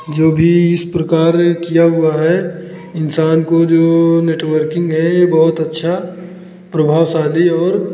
जो भी इस प्रकार किया हुआ है इंसान को जो नेटवर्किंग है बहुत अच्छा प्रभावशाली और